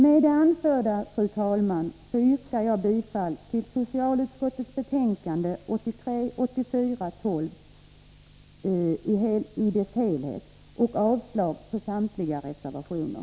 Med det anförda, fru talman, yrkar jag bifall till socialutskottets hemställan i betänkande 1983/84:12 och avslag på samtliga reservationer.